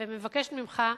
ומבקשת ממך,